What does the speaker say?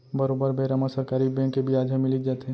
बरोबर बेरा म सरकारी बेंक के बियाज ह मिलीच जाथे